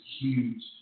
huge